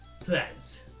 Plans